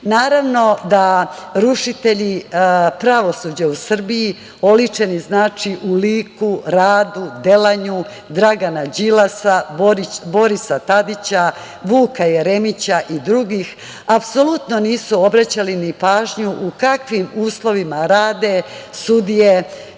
da rušitelji pravosuđa u Srbiji oličeni u liku, radu, delanju Dragana Đilasa, Borisa Tadića, Vuka Jeremića i drugih apsolutno nisu obraćali ni pažnju u kakvim uslovima rade sudije,